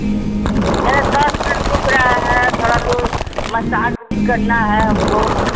मेरा सर सर दुख रहा है थोड़ा वह मसाज भी करना है हमको